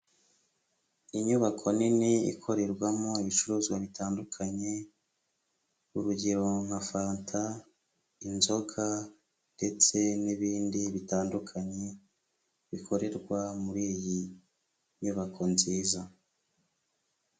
Inyubako nini ikorerwamo ibicuruzwa bitandukanye, urugero nka fanta, inzoga ndetse n'ibindi bitandukanye, bikorerwa muri iyi nyubako nziza.